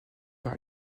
par